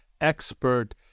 expert